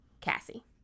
Cassie